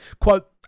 quote